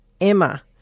Emma